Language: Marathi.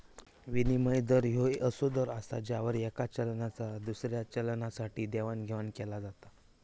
विनिमय दर ह्यो असो दर असा ज्यावर येका चलनाचा दुसऱ्या चलनासाठी देवाणघेवाण केला जाता